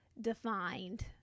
Defined